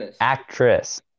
Actress